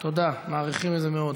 תודה, מעריכים את זה מאוד.